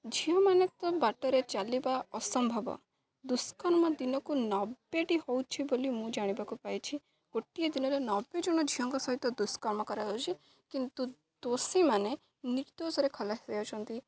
ଝିଅମାନେ ତ ବାଟରେ ଚାଲିବା ଅସମ୍ଭବ ଦୁଷ୍କର୍ମ ଦିନକୁ ନବେଟି ହେଉଛି ବୋଲି ମୁଁ ଜାଣିବାକୁ ପାଇଛି ଗୋଟିଏ ଦିନରେ ନବେ ଜଣ ଝିଅଙ୍କ ସହିତ ଦୁଷ୍କର୍ମ କରାଯାଉଛି କିନ୍ତୁ ଦୋଷୀମାନେ ନର୍ଦୋଷରେ ଖଲାସ୍ ହେଇଯାଉଛନ୍ତି